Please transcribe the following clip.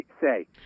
say